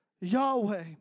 Yahweh